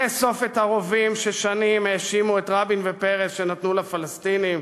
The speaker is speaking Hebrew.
לאסוף את הרובים ששנים האשימו את רבין ופרס שנתנו לפלסטינים,